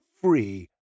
free